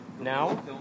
Now